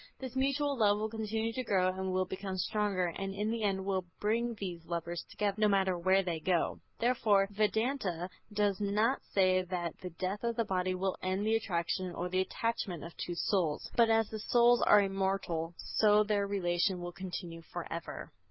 this mutual love will continue to grow and will become stronger, and in the end will bring these lovers together, no matter where they go. therefore, vedanta does not say that the death of the body will end the attraction or the attachment of two souls but as the souls are immortal so their relation will continue forever.